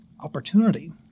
opportunity